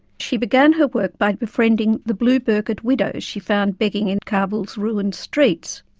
she began her work by befriending the blue burqa'd widows she found begging in kabul's ruined streets,